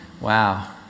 Wow